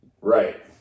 Right